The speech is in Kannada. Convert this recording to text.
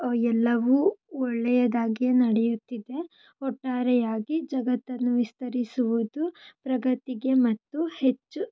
ಎಲ್ಲವೂ ಒಳ್ಳೆಯದಾಗಿಯೇ ನಡೆಯುತ್ತಿದೆ ಒಟ್ಟಾರೆಯಾಗಿ ಜಗತ್ತನ್ನು ವಿಸ್ತರಿಸುವುದು ಪ್ರಗತಿಗೆ ಮತ್ತು ಹೆಚ್ಚು